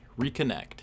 reconnect